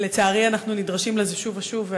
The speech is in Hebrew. לצערי, אנחנו נדרשים לזה שוב ושוב.